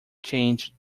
change